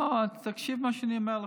לא, תקשיב מה אני אומר לך,